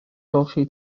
golchi